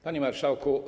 Panie Marszałku!